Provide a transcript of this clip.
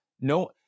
no